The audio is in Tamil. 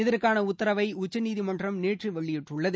இதற்கான உத்தரவை உச்சநீதிமன்றம் நேற்று வெளியிட்டுள்ளது